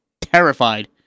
terrified